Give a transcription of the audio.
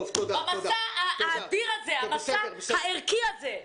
המסע האדיר הזה, המסע הערכי הזה.